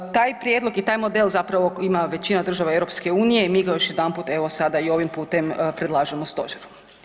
Taj prijedlog i taj model zapravo ima većina država EU i mi ga još jedanput evo sada i ovim putem predlažemo stožeru.